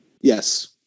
Yes